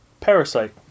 parasite